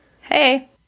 Hey